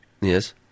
Yes